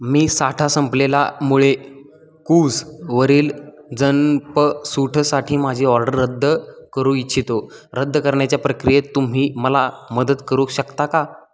मी साठा संपलेला मुळे कूज वरील जन्पसूठसाठी माझी ऑर्डर रद्द करू इच्छितो रद्द करण्याच्या प्रक्रियेत तुम्ही मला मदत करू शकता का